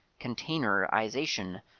containerization